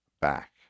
back